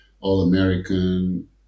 All-American